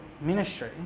ministry